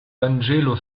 vangelo